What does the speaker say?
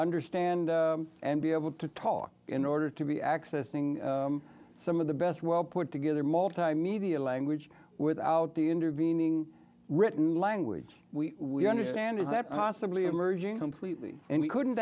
understand and be able to talk in order to be accessing some of the best well put together multimedia language without the intervening written language we understand is that possibly emerging completely and we couldn't